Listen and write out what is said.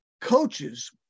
coaches